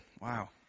wow